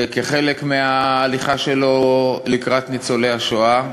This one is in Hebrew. כחלק מההליכה שלו לקראת ניצולי השואה,